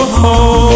home